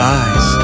eyes